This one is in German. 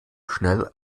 schnell